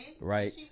right